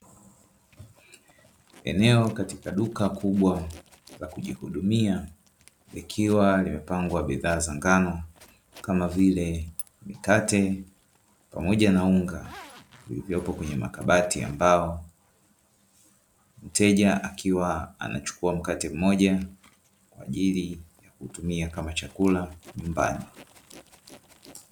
Eneo katika duka kubwa la kujihudumia likiwa limepangwa bidhaa za ngano kama vile mkate pamoja na unga vilivyopo kwenye makabati ya mbao, mteja akiwa anachukua mkate mmoja kwaajili ya kutumia kama chakula nyumbani.